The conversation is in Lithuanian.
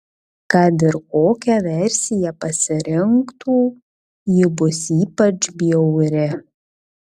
kad ir kokią versiją pasirinktų ji bus ypač bjauri